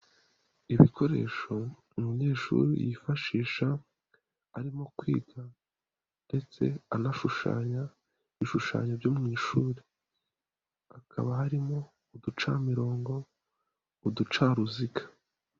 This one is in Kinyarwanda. Ibikoresho umunyeshuri yifashisha arimo kwiga ndetse anashushanya ibishushanyo byo mu ishuri. Haba harimo uducamirongo uducaruziga.